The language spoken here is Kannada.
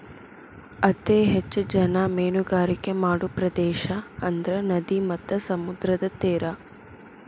ಅತೇ ಹೆಚ್ಚ ಜನಾ ಮೇನುಗಾರಿಕೆ ಮಾಡು ಪ್ರದೇಶಾ ಅಂದ್ರ ನದಿ ಮತ್ತ ಸಮುದ್ರದ ತೇರಾ